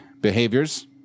behaviors